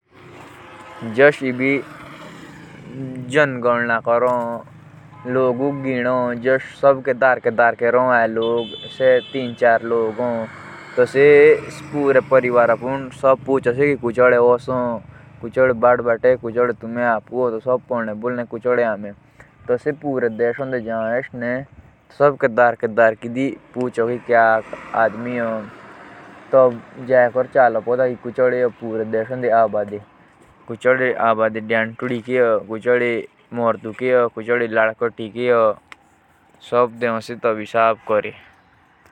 गड़ाना यंत्र का काम एसा हो कि जो लोगों के जनगणना भी हो तो तोला इथका काम गोडना कर्नोका हो।